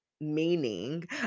Meaning